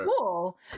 cool